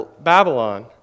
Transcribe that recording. Babylon